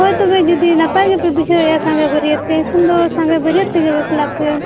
ᱦᱳᱭ ᱛᱚᱵᱮ ᱡᱩᱫᱤ ᱱᱟᱯᱟᱭ ᱜᱮᱯᱮ ᱵᱩᱡᱟᱹᱣ ᱮᱫᱼᱟ ᱥᱟᱸᱜᱮ ᱵᱟᱹᱨᱭᱟᱹᱛ ᱛᱮ ᱮᱱᱠᱷᱟᱱ ᱫᱚ ᱥᱟᱸᱜᱮ ᱵᱟᱹᱨᱭᱟᱹᱛ ᱛᱮᱜᱮ ᱵᱟᱯᱞᱟᱜ ᱯᱮ